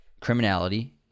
criminality